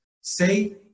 say